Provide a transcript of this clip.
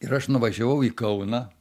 ir aš nuvažiavau į kauną